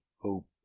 hope